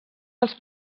dels